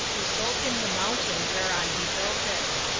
who sold him the mountain whereon he built it.